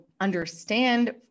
understand